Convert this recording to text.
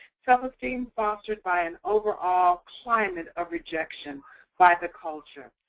self-esteem fostered by an overall climate of rejection by the culture,